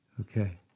Okay